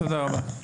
תודה רבה.